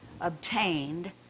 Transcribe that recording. obtained